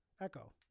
Echo